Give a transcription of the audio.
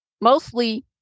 mostly